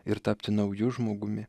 ir tapti nauju žmogumi